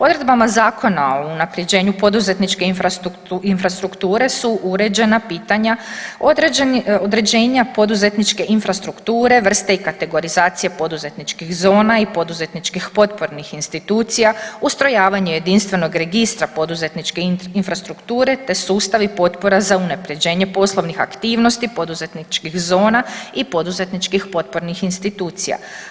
Odredbama Zakona o unapređenju poduzetničke infrastrukture su uređena pitanja određenja poduzetničke infrastrukture vrste i kategorizacije poduzetničkih zona i poduzetničkih potpornih institucija, ustrojavanje jedinstvenog registra poduzetničke infrastrukture te sustavi potpora za unapređenje poslovnih aktivnosti poduzetničkih zona i poduzetničkih potpornih institucija.